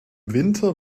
winter